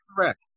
Correct